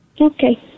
okay